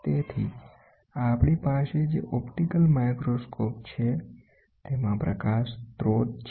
તેથી આપણી પાસે જે ઓપ્ટિકલ માઇક્રોસ્કોપ છે તેમાં પ્રકાશ સ્રોત છે